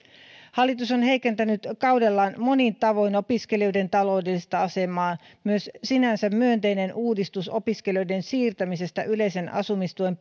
hallitus on heikentänyt kaudellaan monin tavoin opiskelijoiden taloudellista asemaa myös sinänsä myönteinen uudistus opiskelijoiden siirtämisestä yleisen asumistuen